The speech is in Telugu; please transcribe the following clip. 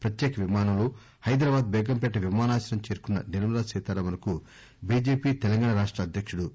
ప్రత్యేక విమానంలో హైదరాబాద్ బేగంపేట విమానాశ్రయం చేరుకున్న నిర్మ లా సీతారామన్ కు బిజెపి తెలంగాణ రాష్ట అద్యక్కుడు కె